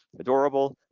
adorable